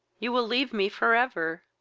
you will leave me for ever!